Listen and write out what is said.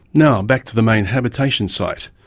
now back to the main habitation site,